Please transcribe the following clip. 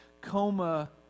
coma